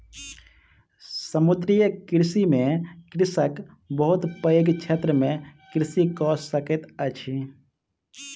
समुद्रीय कृषि में कृषक बहुत पैघ क्षेत्र में कृषि कय सकैत अछि